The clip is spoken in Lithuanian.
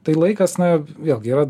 tai laikas na vėlgi yra